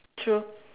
true